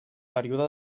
període